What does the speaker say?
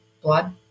blood